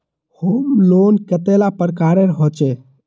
Home loan कतेला प्रकारेर होचे?